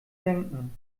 denken